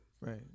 Right